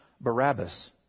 Barabbas